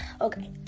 okay